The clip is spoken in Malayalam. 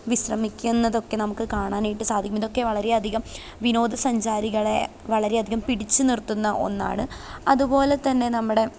വിശ്രമിക്കുന്നതൊക്കെ നമുക്കു കാണാനായിട്ട് സാധിക്കും ഇതൊക്കെ വളരെയധികം വിനോദസഞ്ചാരികളെ വളരെയധികം പിടിച്ചുനിർത്തുന്ന ഒന്നാണ് അതുപോലെ തന്നെ നമ്മുടെ